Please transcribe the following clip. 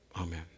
Amen